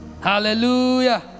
hallelujah